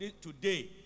today